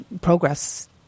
progress